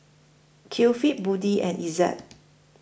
Kefli Budi and Izzat